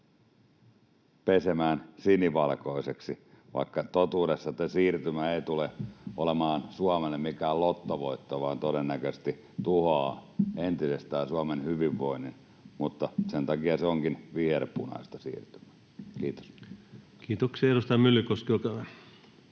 pesemään sinivalkoiseksi, vaikka totuudessa se siirtymä ei tule olemaan Suomelle mikään lottovoitto vaan todennäköisesti tuhoaa entisestään Suomen hyvinvoinnin, mutta sen takia se onkin viherpunaista siirtymää. — Kiitos. Kiitoksia. — Edustaja Myllykoski, olkaa